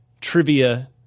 trivia